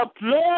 blood